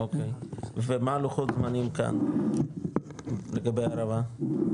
אוקי ומה הלוחות זמנים כאן, לגבי הערבה?